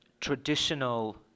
traditional